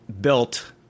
built